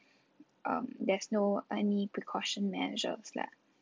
um there's no any precaution lah